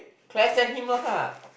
Claire send him lah !huh!